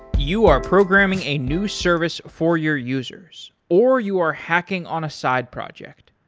you are programming a new service for your users, or you are hacking on a side project.